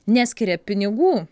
neskiria pinigų